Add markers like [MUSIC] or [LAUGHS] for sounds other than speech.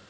[LAUGHS]